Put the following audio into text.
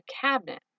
cabinet